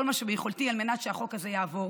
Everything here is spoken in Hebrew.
מה שביכולתי על מנת שהחוק הזה יעבור,